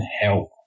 help